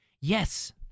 Yes